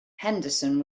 henderson